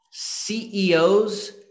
CEOs